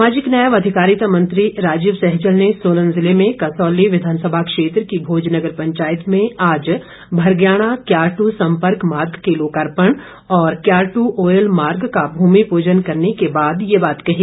सामाजिक न्याय व अधिकारिता मंत्री राजीव सहजल ने सोलन जिले में कॅसौली विधानसभा क्षेत्र की भोजनगर पंचायत में आज भरगयाणा क्यारट् संपर्क मार्ग के लोकार्पण और क्यारटू ओयल मार्ग का भूमि पूजन करने के बाद ये बात कही